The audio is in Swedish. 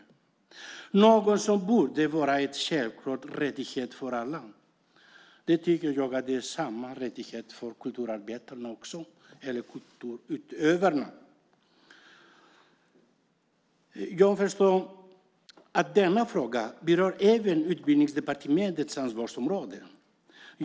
Det är något som borde vara en självklar rättighet för alla kulturarbetarna och kulturutövarna. Jag förstår att denna fråga berör även Utbildningsdepartementets ansvarsområde.